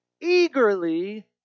Eagerly